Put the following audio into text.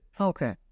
okay